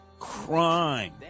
crime